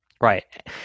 Right